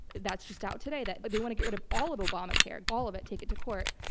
that's just out today, that but they want to get rid of all of obamacare. all of it. take it to court.